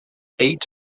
eight